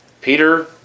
Peter